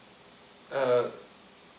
err